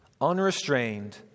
Unrestrained